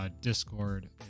Discord